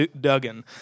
Duggan